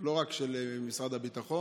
לא רק של משרד הביטחון,